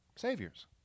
saviors